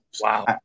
wow